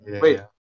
Wait